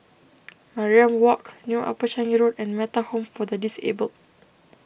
Mariam Walk New Upper Changi Road and Metta Home for the Disabled